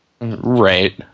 Right